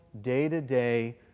day-to-day